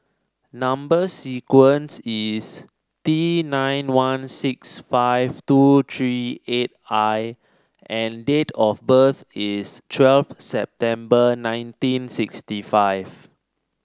number sequence is T nine one six five two three eight I and date of birth is twelve September nineteen sixty five